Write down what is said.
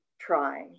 try